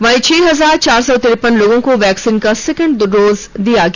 वहीं छह हजार चार सौ तिरपन लोगों को वैक्सीन का सेकंड डोज दिया गया